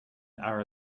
hour